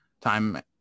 time